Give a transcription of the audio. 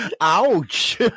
Ouch